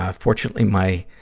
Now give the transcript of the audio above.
ah fortunately, my,